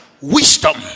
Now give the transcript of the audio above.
wisdom